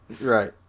Right